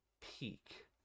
Peak